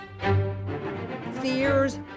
Fears